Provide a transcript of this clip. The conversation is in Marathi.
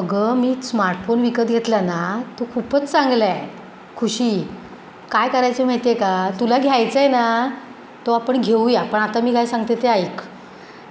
अगं मी स्मार्टफोन विकत घेतला ना तो खूपच चांगला आहे खुशी काय करायचं माहिती आहे का तुला घ्यायचं आहे ना तो आपण घेऊया आपण आता मी काय सांगते ते ऐक